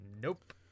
Nope